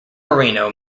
marino